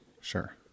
Sure